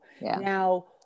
Now